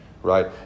Right